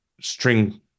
string